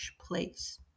place